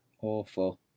Awful